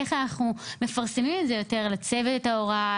איך אנחנו מפרסמים את זה יותר לצוות ההוראה,